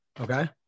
Okay